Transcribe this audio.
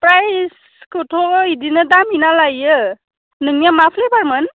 प्राइसखौथ' बिदिनो दामि नालाय बेयो नोंनिया मा फ्लेबारमोन